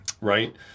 right